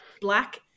black